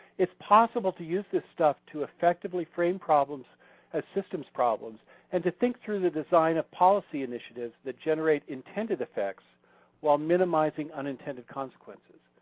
it's possible to use this stuff to effectively frame problems as systems problems and to think through the design of policy initiatives that generate intended effects while minimizing unattended consequences.